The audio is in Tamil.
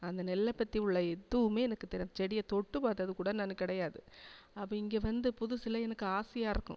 அந்த நெல்லை பற்றி உள்ள எதுவுமே எனக்கு தெரிய செடியை தொட்டு பார்த்ததுக்கூட நான் கிடையாது அப்போ இங்கே வந்த புதுசில் எனக்கு ஆசையாக இருக்கும்